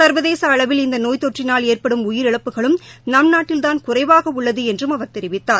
ச்வதேசஅளவில் இந்தநோய் தொற்றினால் ஏற்படும் உயிரிழப்புகளும் நம் நாட்டில்தான் குறைவாகஉள்ளதுஎன்றும் அவர் தெரிவித்தார்